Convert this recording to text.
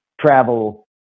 travel